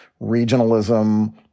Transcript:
Regionalism